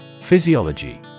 Physiology